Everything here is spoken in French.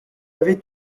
avaient